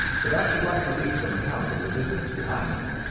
but i should like to leave some account of the business behind me.